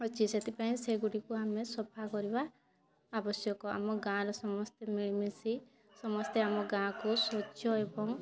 ଅଛି ସେଥିପାଇଁ ସେଗୁଡ଼ିକୁ ଆମେ ସଫା କରିବା ଆବଶ୍ୟକ ଆମ ଗାଁର ସମସ୍ତେ ମିଳିମିଶି ସମସ୍ତେ ଆମ ଗାଁକୁ ସ୍ୱଚ୍ଛ ଏବଂ